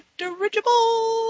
dirigible